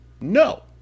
No